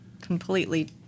completely